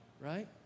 right